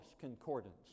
concordance